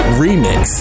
remix